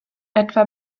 etwa